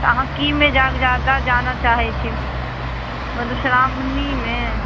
तऽ अहाँ की मे जाग जादा जानऽ चाहैत छी मधुश्राओणीमे